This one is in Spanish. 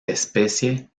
especie